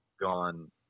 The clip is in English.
gone